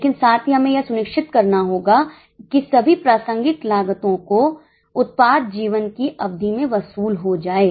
लेकिन साथ ही हमें यह सुनिश्चित करना होगा कि सभी प्रासंगिक लागतों को उत्पाद जीवन की अवधि में वसूल हो जाए